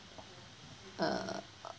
uh